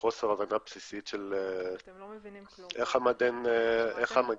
מחוסר הבנה בסיסית של איך המגן עובד.